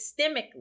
systemically